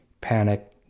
panic